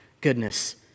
goodness